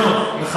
אתה, לפה וצועק.